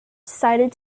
decided